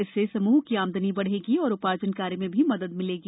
इससे समूह की आमदनी बढेगी और उशार्जन कार्य में भी मदद होगी